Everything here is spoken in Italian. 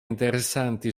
interessanti